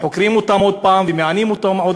וחוקרים אותם עוד פעם ומענים אותם עוד